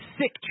sick